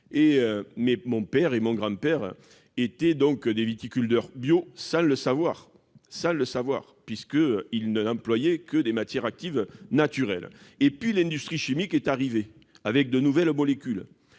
Mon père et mon grand-père étaient des viticulteurs bio sans le savoir, puisqu'ils n'employaient que des matières actives naturelles. Puis l'industrie chimique est arrivée, avec de nouvelles molécules